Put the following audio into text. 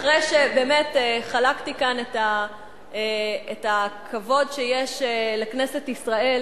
אחרי שבאמת חלקתי כאן את הכבוד שיש לכנסת ישראל